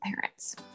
parents